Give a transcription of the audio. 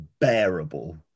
unbearable